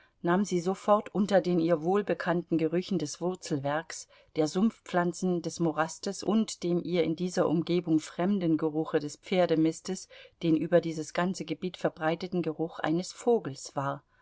nahm sie sofort unter den ihr wohlbekannten gerüchen des wurzelwerks der sumpfpflanzen des morastes und dem ihr in dieser umgebung fremden gerüche des pferdemistes den über dieses ganze gebiet verbreiteten geruch eines vogels wahr